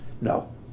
No